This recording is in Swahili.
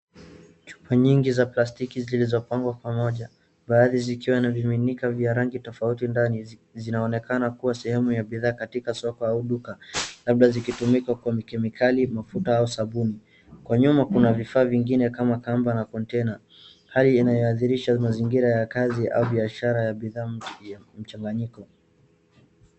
Chupa nyingi za plastiki zilizopangwa pamoja, baadhi zikiwa na vifuniko vya rangi tofauti, ndani, zinaonekana kuwa sehemu ya bidhaa katika soka au duka labda zikitumika kwa mikemikali, mafuta au sabuni. Kwa nyuma kuna vifaa vingine kama kamba na kontena. Hali inayoathirisha mazingira ya kazi au biashara ya bidhaa ya mchanganyiko.